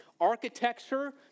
architecture